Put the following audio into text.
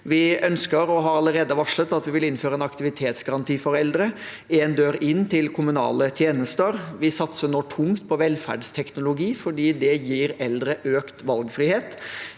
Vi ønsker og har allerede varslet at vi vil innføre en aktivitetsgaranti for eldre – én dør inn til kommunale tjenester. Vi satser nå tungt på velferdsteknologi fordi det gir eldre økt valgfrihet.